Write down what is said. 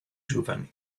giovani